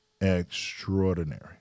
extraordinary